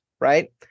right